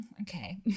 okay